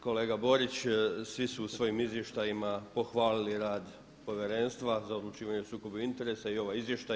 Kolega Borić, svi su u svojim izvještajima pohvalili rad Povjerenstva za odlučivanje o sukobu interesa i ova izvještaj.